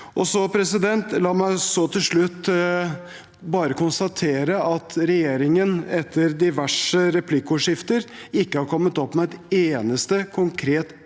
og 13 1657 La meg så til slutt bare konstatere at regjeringen etter diverse replikkordskifter ikke har kommet opp med et eneste konkret